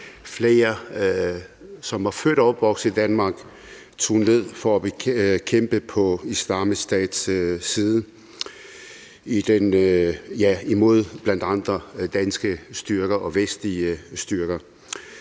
flere, som var født og opvokset i Danmark, tog ned for at kæmpe på Islamisk Stats side imod bl.a. danske styrker og vestlige styrker.